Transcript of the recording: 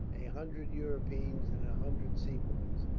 a hundred europeans and a hundred sepoys,